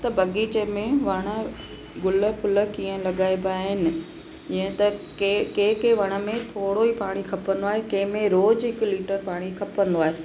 त बाग़ीचे में वण गुल फूल कीअं लॻाइबा आहिनि ईअं त कंहिं कंहिं कंहिं वण में थोरो ई पाणी खपंदो आहे कंहिं में रोजु हिकु लीटर पाणी खपंदो आहे